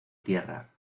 tierra